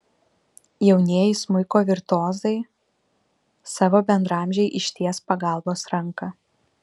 jaunieji smuiko virtuozai savo bendraamžei išties pagalbos ranką